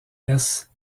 laisse